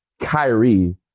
Kyrie